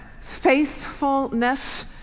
faithfulness